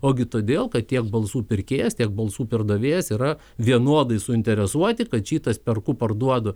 ogi todėl kad tiek balsų pirkėjas tiek balsų pardavėjas yra vienodai suinteresuoti kad šitas perku parduodu